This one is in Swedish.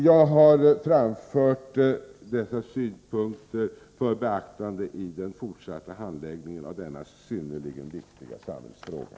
Jag har framfört dessa synpunkter för beaktande i den fortsatta handläggningen av denna synnerligen viktiga samhällsfråga.